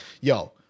yo